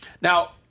Now